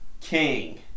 King